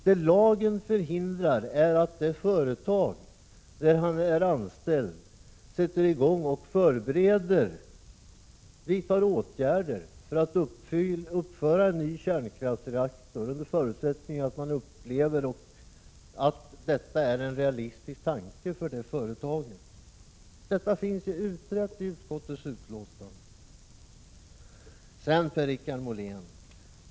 Det som lagen förhindrar är att det företag där han är anställd vidtar åtgärder för att uppföra en ny kärnkraftsreaktor, under förutsättning att man upplever att detta är en realistisk tanke för företaget. Detta finns utrett i utskottets betänkande.